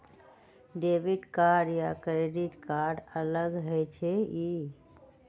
Debit card या credit card अलग होईछ ई?